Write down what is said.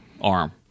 arm